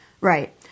Right